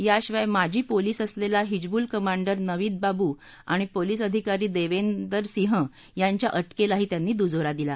याशिवाय माजी पोलीस असलेला हिजबूल कमांडर नवीद बाबू आणि पोलीस अधिकारी देविंदर सिंह यांच्या अ केलाही त्यांनी दुजोरा दिला